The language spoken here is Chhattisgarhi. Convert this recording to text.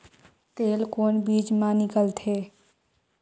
तेल कोन बीज मा निकलथे?